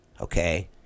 okay